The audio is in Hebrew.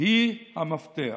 היא המפתח.